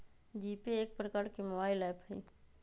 GPay एक प्रकार के मोबाइल ऐप हइ